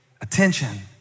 attention